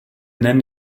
nennen